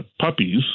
puppies